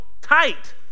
tight